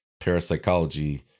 parapsychology